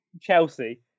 Chelsea